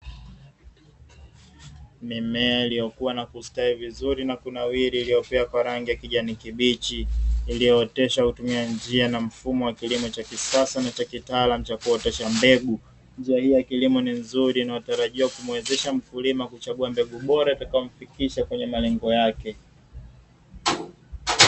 Mimea iliyokuwa nakustawi vizuri na kunawiri iliyopea kwa rangi ya kijani kibichi, iliyooteshwa kwa kutumia njia na mfumo wa kilimo cha kisasa na cha kitaalamu cha kuotesha mbegu, njia hiyo ya kilimo ni nzuri inayotarajia kumuwezesha mkulima kuchagua mbegu bora itakayomfikisha kwenye malengo yake.